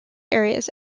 areas